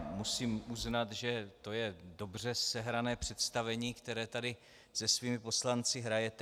Musím uznat, že to je dobře sehrané představení, které tady se svými poslanci hrajete.